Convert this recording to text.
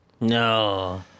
No